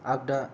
आगदा